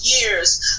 years